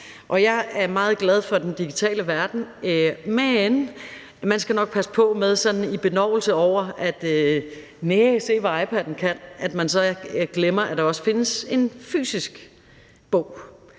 Jeg er meget glad for den digitale verden, men man skal nok passe på med sådan i benovelse over, hvad iPadden kan, ikke at glemme, at der også findes en fysisk bog,